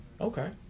Okay